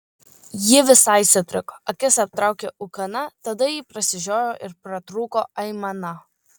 ji visai sutriko akis aptraukė ūkana tada ji prasižiojo ir pratrūko aimana